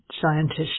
scientist